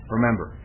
Remember